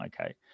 okay